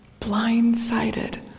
blindsided